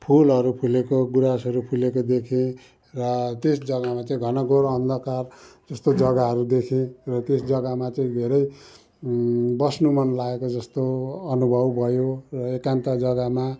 फुलहरू फुलेको गुँरासहरू फुलेको देखेँ र त्यस जग्गामा चाहिँ घनघोर अन्धकार जस्तो जग्गाहरू देखेँ र त्यस जग्गामा चाहिँ धेरै बस्नु मन लागेको जस्तो अनुभव भयो र एकान्त जग्गामा